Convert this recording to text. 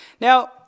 Now